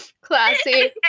Classy